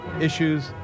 issues